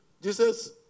Jesus